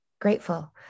grateful